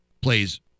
plays